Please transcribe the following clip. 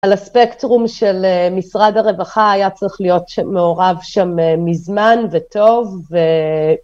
על הספקטרום של משרד הרווחה היה צריך להיות מעורב שם מזמן וטוב ו...